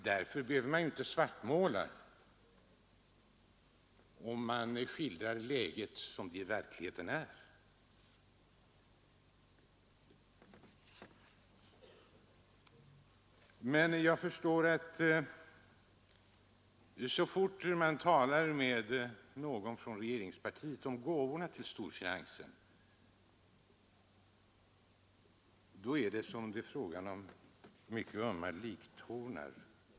Men man behöver inte svartmåla därför att man skildrar läget som det i verkligheten är. Så fort man talar med någon från regeringspartiet om gåvorna till storfinansen, är det som om man trampar på mycket ömma liktornar.